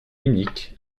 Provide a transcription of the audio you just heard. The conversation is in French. unique